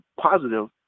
positive